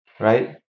Right